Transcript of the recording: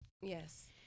Yes